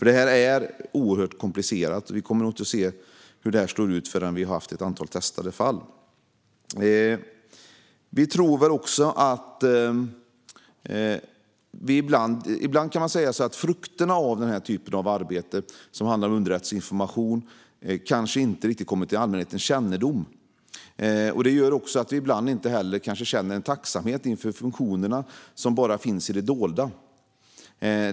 Det här är oerhört komplicerade frågor, och vi kommer inte att se hur detta slår ut förrän vi har haft ett antal testade fall. Ibland kan man säga att frukterna av denna typ av arbete, underrättelseinformation, kanske inte riktigt kommer till allmänhetens kännedom. Det gör att vi ibland inte känner en tacksamhet inför funktionerna som bara finns i det dolda.